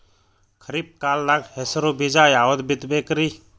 ಖರೀಪ್ ಕಾಲದಾಗ ಹೆಸರು ಬೀಜ ಯಾವದು ಬಿತ್ ಬೇಕರಿ?